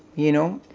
you know,